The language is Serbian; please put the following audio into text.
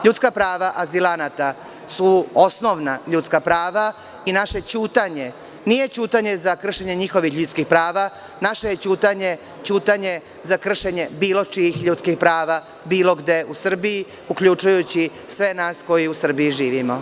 Ljudska prava azilanata su osnovna ljudska prava i naše ćutanje nije ćutanje za kršenje njihovih ljudskih prava, naše je ćutanje ćutanje za kršenje bilo čiji ljudskih prava bilo gde u Srbiji, uključujući sve nas koji u Srbiji živimo.